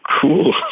cool